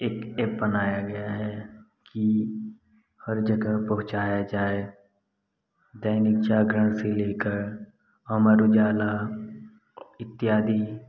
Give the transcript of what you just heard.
एक एप बनाया गया है कि हर जगह पहुँचाया जाए दैनिक जागरण से लेकर अमर उजाला इत्यादि